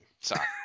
Sorry